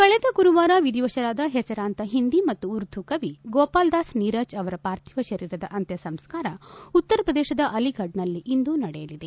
ಕಳೆದ ಗುರುವಾರ ವಿಧಿವಶರಾದ ಹೆಸರಾಂತ ಹಿಂದಿ ಮತ್ತು ಉರ್ದು ಕವಿ ಗೋಪಾಲದಾಸ್ ನೀರಜ್ ಅವರ ಪಾರ್ಥಿವ ಶರೀರದ ಅಂತ್ಯ ಸಂಸ್ಕಾರ ಉತ್ತರ ಪ್ರದೇಶದ ಅಲಿಘಡ್ನಲ್ಲಿ ಇಂದು ನಡೆಯಲಿದೆ